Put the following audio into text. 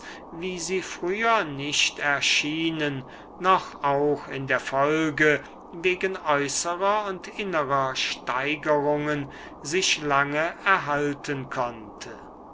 wie sie früher nicht erschienen noch auch in der folge wegen äußerer und innerer steigerungen sich lange erhalten konnte